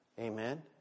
Amen